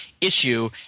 issue